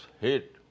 hate